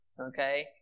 okay